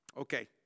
okay